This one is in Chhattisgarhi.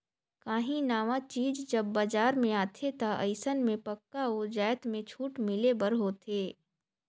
काहीं नावा चीज जब बजार में आथे ता अइसन में पक्का ओ जाएत में छूट मिले बर होथे